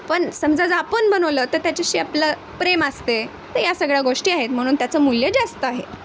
पण समजा जर आपण बनवलं तर त्याच्याशी आपलं प्रेम असते तर या सगळ्या गोष्टी आहेत म्हणून त्याचं मूल्य जास्त आहे